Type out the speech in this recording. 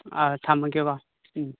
ꯑꯥ ꯊꯝꯂꯒꯦꯀꯣ ꯎꯝ